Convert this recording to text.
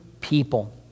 people